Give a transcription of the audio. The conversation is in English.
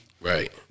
Right